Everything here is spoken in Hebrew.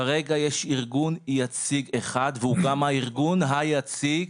כרגע יש ארגון יציג אחד והוא גם הארגון היציג,